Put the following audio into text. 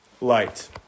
light